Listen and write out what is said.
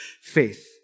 faith